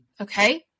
okay